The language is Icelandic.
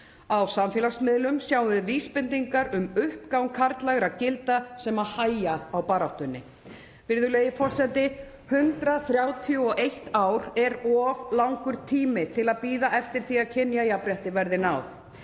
á samfélagsmiðlum sjáum við vísbendingar um uppgang karllægra gilda sem hægja á baráttunni. Virðulegi forseti. 131 ár er of langur tími til að bíða eftir því að kynjajafnrétti verði náð.